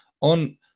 on